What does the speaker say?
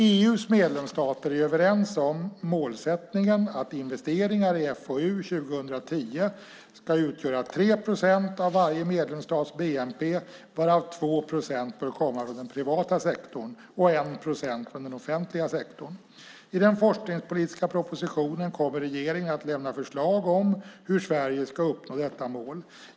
EU:s medlemsstater är överens om målsättningen att investeringar i FoU 2010 ska utgöra 3 procent av varje medlemsstats bnp, varav 2 procent bör komma från den privata sektorn och 1 procent från den offentliga sektorn. I den forskningspolitiska propositionen kommer regeringen att lämna förslag om hur Sverige ska uppnå detta mål.